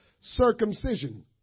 Circumcision